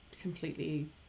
completely